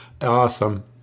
awesome